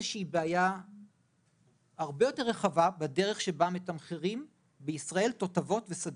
מאיזושהי בעיה הרבה יותר רחבה בדרך שבה מתמחרים בישראל תותבות וסדים.